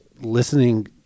listening